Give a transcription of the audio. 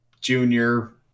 junior